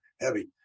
heavy